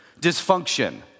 Dysfunction